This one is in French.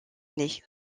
année